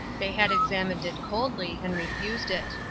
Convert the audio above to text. they had examined it coldly and refused it.